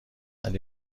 ولی